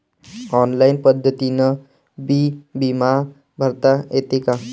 Online पद्धतीनं बी बिमा भरता येते का?